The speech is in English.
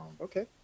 Okay